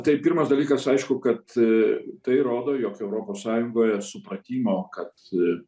tai pirmas dalykas aišku kad tai rodo jog europos sąjungoje supratimo kad